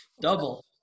Double